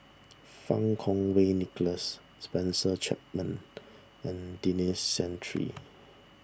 Fang Kuo Wei Nicholas Spencer Chapman and Denis Santry